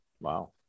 Wow